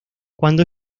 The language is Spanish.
cuando